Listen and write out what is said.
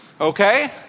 Okay